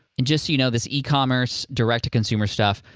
and just so you know, this ecommerce direct-to-consumer stuff,